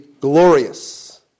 glorious